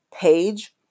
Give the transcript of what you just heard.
page